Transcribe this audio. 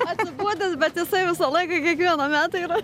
atsibodęs bet jisai visą laiką kiekvienąmet yra